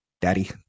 daddy